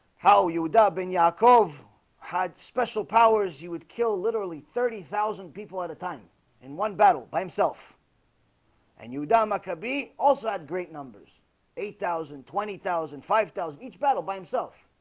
how you dubbing yakov yakov had special powers? you would kill literally thirty thousand people at a time in one battle by himself and you don maccabee also had great numbers eight thousand twenty thousand five thousand each battle by himself